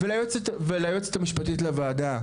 וליועצת המשפטית לוועדה.